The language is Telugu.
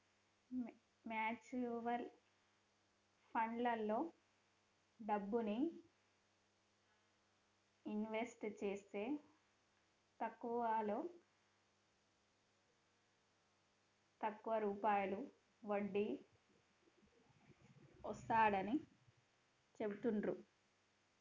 మ్యూచువల్ ఫండ్లలో డబ్బుని ఇన్వెస్ట్ జేస్తే తక్కువలో తక్కువ రూపాయి వడ్డీ వస్తాడని చెబుతాండ్రు